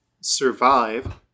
survive